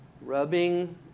rubbing